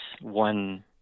one